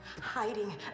hiding